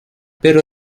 pero